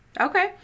Okay